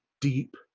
deep